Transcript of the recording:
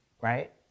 right